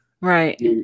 right